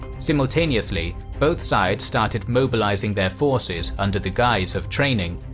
simultaneously, both sides started mobilizing their forces under the guise of training,